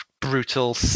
brutal